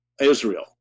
Israel